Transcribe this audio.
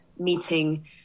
meeting